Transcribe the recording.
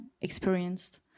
experienced